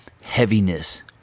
heaviness